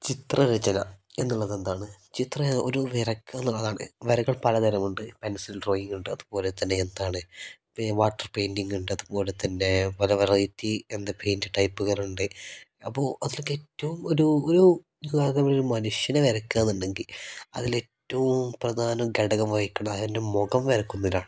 ചിത്ര രചന എന്നുള്ളതെന്താണ് ചിത്രം ഒരു വരക്കുക എന്നുള്ളതാണ് വരകൾ പലതരമുണ്ട് പെൻസിൽ ഡ്രോയിങ് ഉണ്ട് അതുപോലെത്തന്നെ എന്താണ് വാട്ടർ പെയിൻറിങ് ഉണ്ട് അതുപോലെത്തന്നെ പല വെറൈറ്റി എന്താ പെയിൻറ് ടൈപ്പുകൾ ഉണ്ട് അപ്പോൾ അതിലൊക്കെ ഏറ്റവും ഒരു ഒരു ഒരു മനുഷ്യനെ വരക്കുകയാണെന്നുണ്ടെങ്കിൽ അതിലേറ്റവും പ്രധാനം ഘടകം വഹിക്കുന്നത് അതിൻ്റെ മുഖം വരയ്ക്കുന്നതിലാണ്